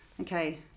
Okay